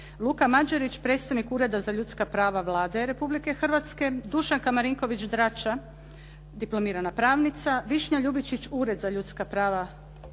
Luka Mađarić, predstojnik Ureda za ljudska prava Vlade Republike Hrvatske. Dušanka Marinković Drača, diplomirana pravnica. Višnja Ljubičić, Ured za ljudska prava Vlade Republike Hrvatske.